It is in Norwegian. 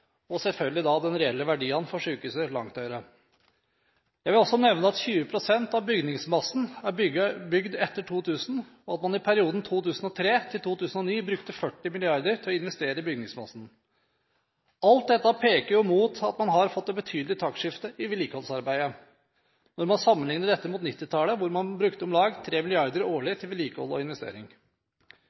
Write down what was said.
bygningsmassen selvfølgelig da er langt høyere. Jeg vil også nevne at 20 pst. av bygningsmassen er bygd etter 2000, og at man i perioden 2003–2009 brukte 40 mrd. kr til å investere i bygningsmassen. Alt dette peker mot at man har fått et betydelig taktskifte i vedlikeholdsarbeidet, ikke minst når man sammenligner dette med 1990-tallet, hvor man brukte om lag 3 mrd. kr årlig til vedlikehold og